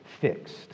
fixed